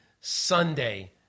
Sunday